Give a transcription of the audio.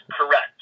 correct